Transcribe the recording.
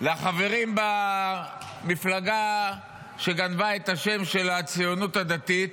לחברים במפלגה שגנבה את השם של הציונות הדתית